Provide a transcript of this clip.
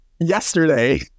Yesterday